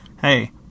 hey